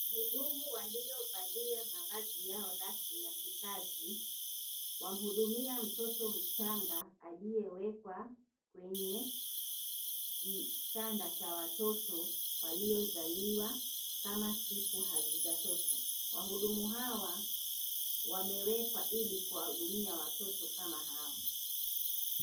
Wahudumu waliovalia mavazi yao rasmi ya kikazi, wamhudumia mtoto mchanga aliyewekwa kwenye kitanda cha watoto waliozaliwa kama siku hazijatosha. Wahudumu hawa wamewekwa ili kuwahudumia watoto kama hawa.